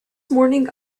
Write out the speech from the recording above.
morning